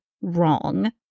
wrong